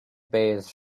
bathed